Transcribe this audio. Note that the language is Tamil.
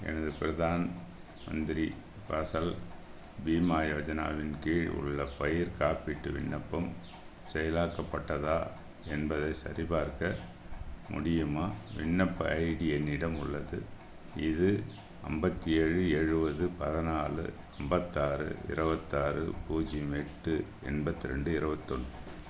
எனது பிரதான் மந்திரி பார்சல் பீமா யோஜனாவின் கீழ் உள்ள பயிர் காப்பீட்டு விண்ணப்பம் செயலாக்க பட்டதா என்பதை சரிபார்க்க முடியுமா விண்ணப்ப ஐடி என்னிடம் உள்ளது இது ஐம்பத்தி ஏழு எழுபது பதினாலு ஐம்பத்தாறு இரபத்தாறு பூஜ்ஜியம் எட்டு எண்பத்து ரெண்டு இரபத்து ஒன்று